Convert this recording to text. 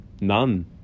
None